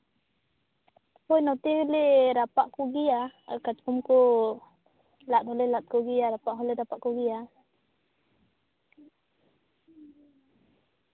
ᱦᱮᱸ ᱱᱚᱛᱮ ᱞᱮ ᱨᱟᱯᱟᱜ ᱠᱚᱜᱮᱭᱟ ᱠᱟᱴᱠᱚᱢ ᱠᱚ ᱞᱟᱫ ᱦᱚᱸᱞᱮ ᱞᱟᱫ ᱠᱚᱜᱮᱭᱟ ᱨᱟᱯᱟᱜ ᱦᱚᱸᱞᱮ ᱨᱟᱯᱟᱜ ᱠᱚᱜᱮᱭᱟ